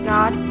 God